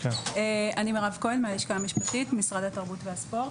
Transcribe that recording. אני מירב כהן מהלשכה המשפטית במשרד התרבות והספורט.